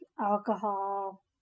alcohol